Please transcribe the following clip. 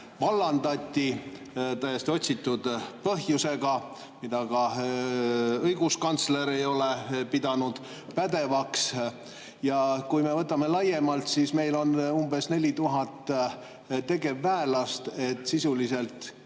vallandati täiesti otsitud põhjusega, mida ka õiguskantsler ei ole pidanud pädevaks. Ja kui me võtame laiemalt, siis meil on umbes 4000 tegevväelast. Sisuliselt